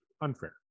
unfair